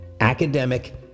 academic